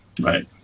Right